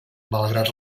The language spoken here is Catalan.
malgrat